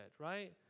right